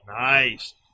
Nice